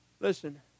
Listen